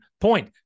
point